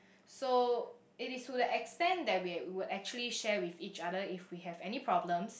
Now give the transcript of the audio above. so it is to the extent that we would actually share with each other if we have any problems